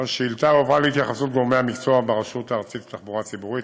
השאילתה הועברה להתייחסות גורמי המקצוע ברשות הארצית לתחבורה ציבורית,